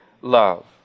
love